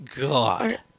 God